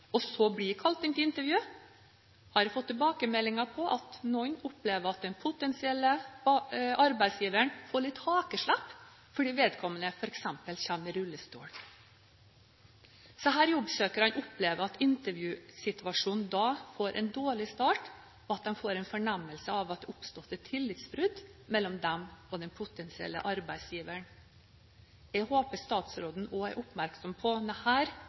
og så blir innkalt til intervju, har jeg fått tilbakemeldinger på at noen opplever at den potensielle arbeidsgiveren får litt hakeslepp fordi vedkommende f.eks. kommer i rullestol. Disse jobbsøkerne opplever at intervjusituasjonen da får en dårlig start, og de får en fornemmelse av at det er oppstått et tillitsbrudd mellom dem og den potensielle arbeidsgiveren. Jeg håper statsråden òg er oppmerksom på